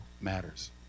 matters